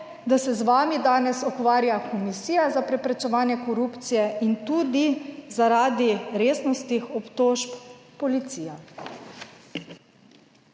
da se z vami danes ukvarja Komisija za preprečevanje korupcije in tudi zaradi resnosti obtožb policija.